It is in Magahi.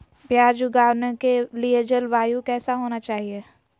प्याज उगाने के लिए जलवायु कैसा होना चाहिए?